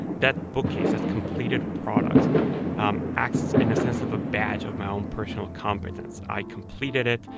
that bookcase that's completed products um acts in a sense of a badge of my own personal competence. i completed it.